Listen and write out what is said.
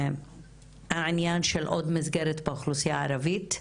העניין של עוד מסגרת באוכלוסייה הערבית,